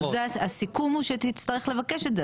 הסיכום הוא שתצטרך לבקש את זה,